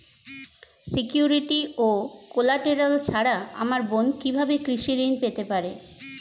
Security ও collateral ছাড়া আমার বোন কিভাবে কৃষি ঋন পেতে পারে?